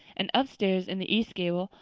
and up-stairs, in the east gable,